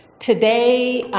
today,